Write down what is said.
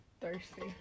Thirsty